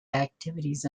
activities